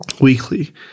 weekly